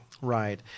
Right